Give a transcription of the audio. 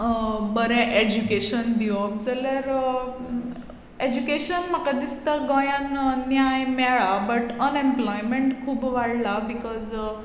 बरें एज्युकेशन दिवप जाल्यार एज्युकेशन म्हाका दिसता गोंयांत न्याय मेळ्ळा बट अनएम्प्लॉयमँट खूब वाडलां बिकॉज